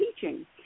teaching